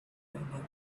impact